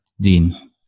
Dean